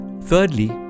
Thirdly